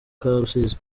karusizi